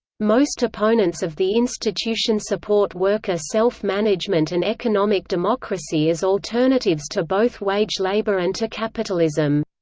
most opponents of the institution support worker self-management and economic democracy as alternatives to both wage labour and to capitalism.